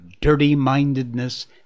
dirty-mindedness